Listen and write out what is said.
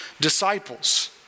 disciples